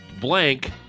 blank